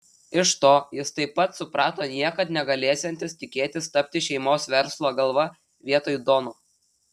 iš to jis taip pat suprato niekad negalėsiantis tikėtis tapti šeimos verslo galva vietoj dono